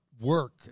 work